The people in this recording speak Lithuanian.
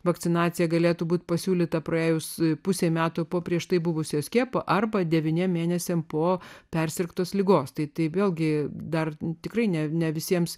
vakcinacija galėtų būti pasiūlyta praėjus pusei metų po prieš tai buvusio skiepo arba devyniems mėnesiams po persirgtos ligos tai vėlgi dar tikrai ne visiems